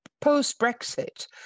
Post-Brexit